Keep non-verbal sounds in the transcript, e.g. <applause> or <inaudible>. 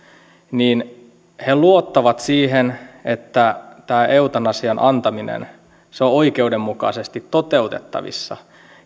luottavat siihen <unintelligible> <unintelligible> että tämä eutanasian antaminen on oikeudenmukaisesti toteutettavissa